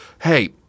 Hey